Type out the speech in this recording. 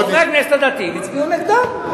חברי הכנסת הדתיים הצביעו נגדם.